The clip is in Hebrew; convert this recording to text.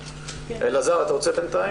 אלעזר, אתה רוצה בינתיים?